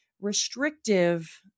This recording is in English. restrictive